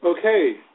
Okay